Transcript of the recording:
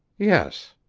yes.